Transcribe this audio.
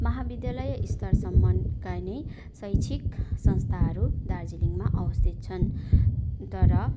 महाविद्यालय स्तरसम्मका नै शैक्षिक संस्थाहरू दार्जिलिङमा अवस्थित छन् तर